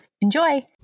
Enjoy